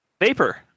Vapor